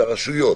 שהרשויות